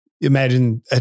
imagine